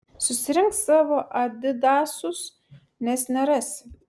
susirink savo adidasus nes nerasi